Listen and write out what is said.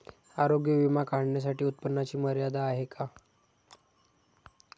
आरोग्य विमा काढण्यासाठी उत्पन्नाची मर्यादा आहे का?